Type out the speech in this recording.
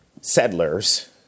settlers